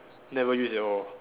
never use at all